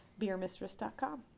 beermistress.com